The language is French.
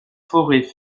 forêts